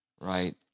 right